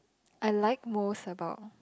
I like most about